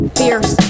fierce